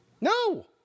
No